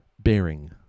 bearing